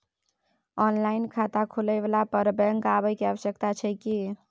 Online खाता खुलवैला पर बैंक आबै के आवश्यकता छै की?